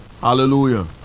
hallelujah